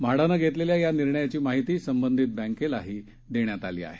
म्हाडानं घेतलेल्या या निर्णयाची माहिती संबंधित बँकेलाही देण्यात आली आहे